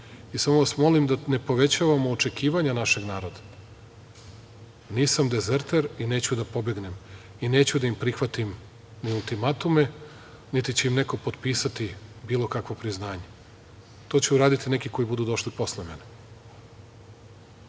i samo vas molim da ne povećavamo očekivanja našeg naroda. Nisam dezerter i neću da pobegnem i neću da prihvatim ni ultimatume, niti će im neko potpisati bilo kakvo priznanje. To će uraditi neki koji budu došli posle mene,